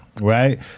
Right